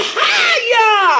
higher